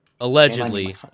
Allegedly